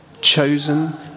chosen